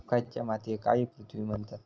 खयच्या मातीयेक काळी पृथ्वी म्हणतत?